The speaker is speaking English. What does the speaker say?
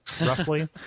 roughly